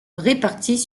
réparties